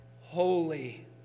holy